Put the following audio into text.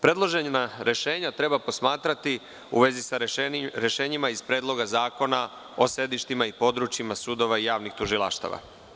Predložena rešenja treba posmatrati u vezi sa rešenjima iz Predloga zakona o sedištima i područjima sudova i javnih tužilaštava.